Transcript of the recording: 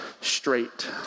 straight